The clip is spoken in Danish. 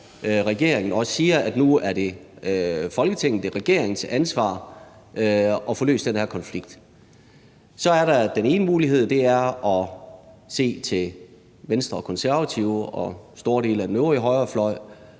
regeringen siger, at det nu er Folketinget og regeringens ansvar at få løst den her konflikt. Så er der den ene mulighed, og det er at se til Venstre og Konservative og store dele af den øvrige højrefløj